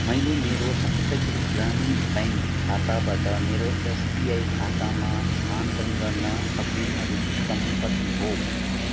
मैले मेरो सप्तगिरि ग्रामीण ब्याङ्क खाताबाट मेरो एसबिआई खातामा स्थानान्तरण गर्न सक्ने अधिकतम कति हो